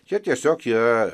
čia tiesiog yra